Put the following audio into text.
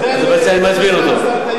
אז בעצם אני מזמין אותו.